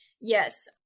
yes